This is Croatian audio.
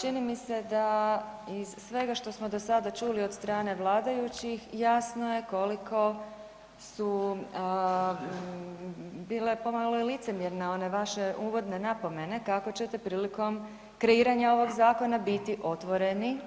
Čini mi se da iz svega što smo do sada čuli od strane vladajućih, jasno je koliko su bile pomalo i licemjerne one vaše uvodne napomene, kako ćete prilikom kreiranja ovog zakona biti otvoreni,